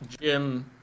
Jim